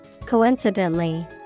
Coincidentally